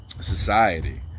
society